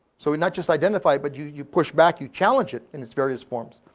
so we not just identify it, but you you push back, you challenge it in its various forms.